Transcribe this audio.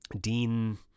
dean